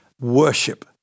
worship